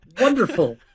wonderful